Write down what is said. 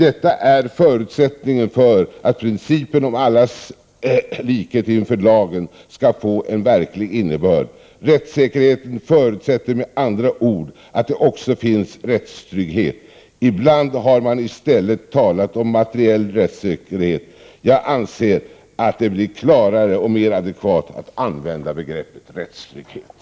Detta är förutsättningen för att principen om allas likhet inför lagen skall få en verklig innebörd. Rättssäkerheten förutsätter med andra ord att det också finns rättstrygghet. Ibland har man i stället talat om materiell rättssäkerhet. Jag anser att det blir klarare och mer adekvat att använda begreppet rättstrygghet.